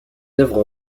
œuvres